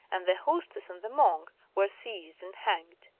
and the hostess and the monk were seized and hanged.